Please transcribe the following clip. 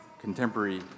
contemporary